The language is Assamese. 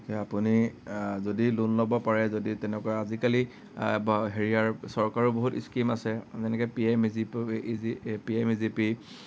আপুনি যদি লোন ল'ব পাৰে যদি তেনেকুৱা আজিকালি বা হেৰিয়াৰ চৰকাৰৰ বহুত স্কিম আছে যেনেকে PM A G PM A G P